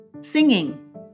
Singing